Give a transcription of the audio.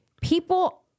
People